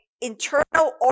internal